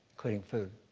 including food.